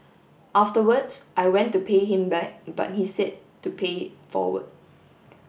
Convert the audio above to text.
afterwards I went to pay him back but he said to pay forward